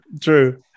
True